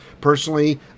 Personally